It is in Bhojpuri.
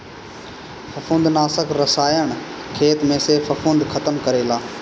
फंफूदनाशक रसायन खेत में से फंफूद खतम करेला